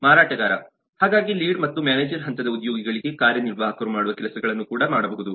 ಮಾರಾಟಗಾರ ಹಾಗಾಗಿ ಲೀಡ್ ಮತ್ತು ಮ್ಯಾನೇಜರ್ ಹಂತದ ಉದ್ಯೋಗಿಗಳಿಗೆ ಕಾರ್ಯನಿರ್ವಾಹಕರು ಮಾಡುವ ಕೆಲಸಗಳನ್ನು ಕೂಡ ಮಾಡಬಹುದು